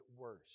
worse